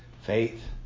Faith